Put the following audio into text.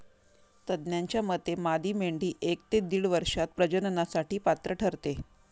तज्ज्ञांच्या मते मादी मेंढी एक ते दीड वर्षात प्रजननासाठी पात्र ठरते